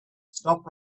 stop